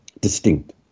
distinct